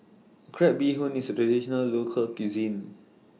Crab Bee Hoon IS A Traditional Local Cuisine